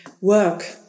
work